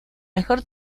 mejor